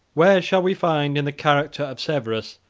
where shall we find, in the character of severus,